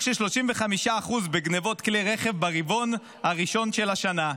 של 35% בגנבות כלי רכב ברבעון הראשון של השנה.